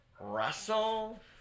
Russell